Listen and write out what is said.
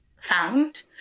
found